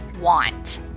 want